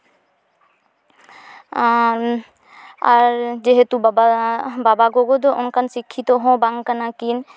ᱟᱨ ᱟᱨ ᱡᱮᱦᱮᱛᱩ ᱵᱟᱵᱟ ᱵᱟᱵᱟ ᱜᱚᱜᱚ ᱫᱚ ᱚᱱᱠᱟᱱ ᱥᱤᱠᱠᱷᱤᱛᱚ ᱦᱚᱸ ᱵᱟᱝ ᱠᱟᱱᱟ ᱠᱤᱱ